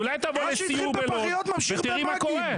אולי תבואי לסיור בלוד ותראי מה קורה.